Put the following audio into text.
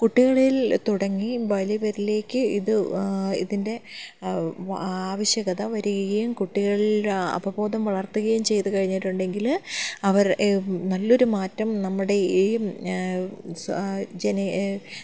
കുട്ടികളിൽ തുടങ്ങി വലിയവരിലേക്ക് ഇത് ഇതിൻ്റെ ആവശ്യകത വരികയും കുട്ടികളുടെ അവബോധം വളർത്തുകയും ചെയ്തു കഴിഞ്ഞിട്ടുണ്ടെങ്കിൽ അവർ നല്ലൊരു മാറ്റം നമ്മുടെ ഈ